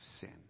sin